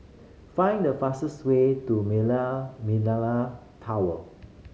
find the fastest way to Millenia Tower